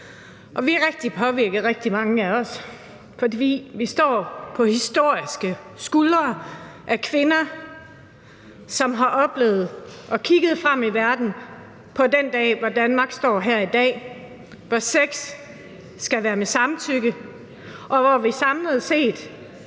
af os er rigtig påvirkede, for vi står historisk på skuldre af kvinder, som har kigget frem i verden for at opleve den dag, hvor Danmark står i dag, hvor sex skal være med samtykke, og hvor vi samlet set